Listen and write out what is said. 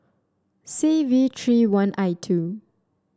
C V three one I two